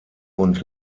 und